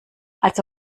also